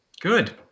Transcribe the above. Good